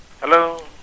Hello